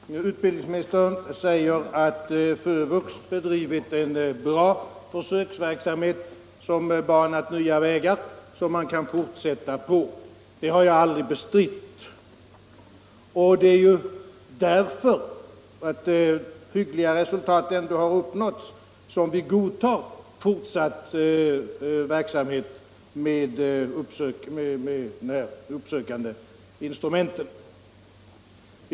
Herr talman! För det första säger utbildningsministern att FÖVUX bedrivit en bra försöksverksamhet och banat nya vägar som man kan fortsätta på. Det har jag aldrig bestritt. Det är ju därför att hyggliga resultat ändå har uppnåtts som vi godtar en fortsatt verksamhet med det här uppsökande instrumentet.